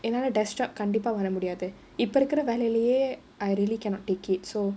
என்னால:ennaala desktop கண்டிப்பா வர முடியாது இப்போ இருக்கற வேலைலே:kandippaa vara mudiyaathu ippo irukka vellailae I really cannot take it so